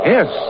Yes